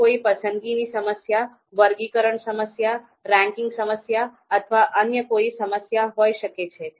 એ કોઈ પસંદગીની સમસ્યા વર્ગીકરણ સમસ્યા રેન્કિંગ સમસ્યા અથવા અન્ય કોઈ સમસ્યા હોઈ શકે છે